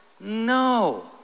No